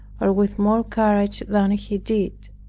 or with more courage than he did,